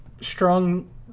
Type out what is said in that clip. strong